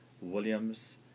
Williams